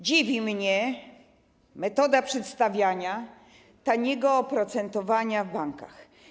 Dziwi mnie metoda przedstawiania taniego oprocentowania w bankach.